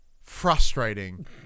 frustrating